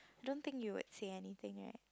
I don't think you would say anything right